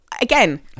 again